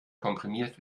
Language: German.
komprimiert